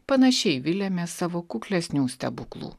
panašiai viliamės savo kuklesnių stebuklų